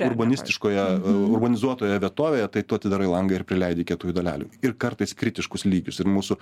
urbanistiškoje urbanizuotoje vietovėje tai tu atidarai langą ir prileidi kietųjų dalelių ir kartais kritiškus lygius ir mūsų